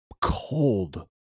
cold